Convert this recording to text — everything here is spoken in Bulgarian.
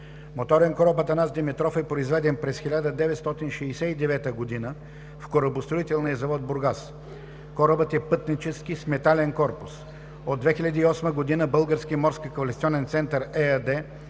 Моторен кораб „Атанас Димитров“ е произведен през 1969 г. в корабостроителния завод в Бургас. Корабът е пътнически, с метален корпус. От 2008 г. „Български морски квалификационен център“ ЕАД